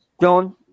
John